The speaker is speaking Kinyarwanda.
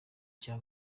cya